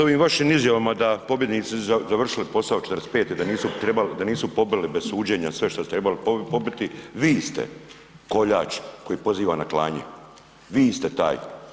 S ovim vašim izjavama da pobjednici su završili posao '45. da nisu pobili bez suđenja sve što su tribali pobiti, vi ste koljač koji poziva na klanje, vi ste taj.